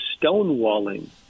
stonewalling